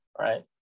right